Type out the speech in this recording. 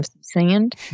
sand